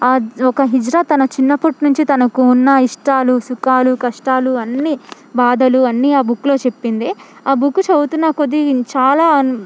ఆ ఒక హిజ్రా తన చిన్నప్పటి నుంచి తనకు ఉన్న ఇష్టాలు సుఖాలు కష్టాలు అన్నీ బాధలు అన్నీ ఆ బుక్లో చెప్పింది ఆ బుక్కు చదువుతున్న కొద్ది చాలా